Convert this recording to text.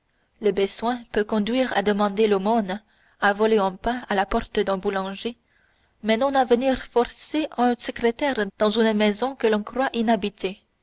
le besoin peut conduire à demander l'aumône à voler un pain à la porte d'un boulanger mais non à venir forcer un secrétaire dans une maison que l'on croit inhabitée